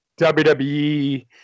WWE